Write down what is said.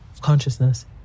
Consciousness